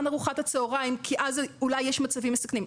ארוחת הצהריים כי אולי יש מצבים מסכנים,